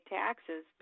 taxes